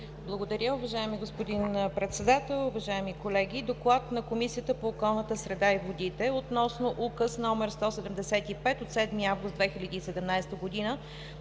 Благодаря. Уважаеми господин Председател, уважаеми колеги! „Д О К Л А Д на Комисията по околната среда и водите относно Указ № 175 от 7 август 2017 г. на